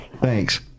Thanks